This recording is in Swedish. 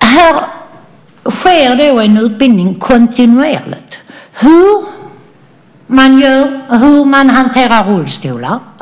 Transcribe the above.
Här sker en utbildning kontinuerligt. Hur hanterar man rullstolar?